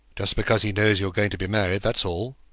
just because he knows you're going to be married that's all.